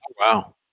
Wow